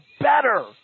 better